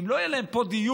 אם לא יהיה להם פה דיור,